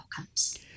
outcomes